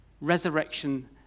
resurrection